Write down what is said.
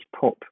pop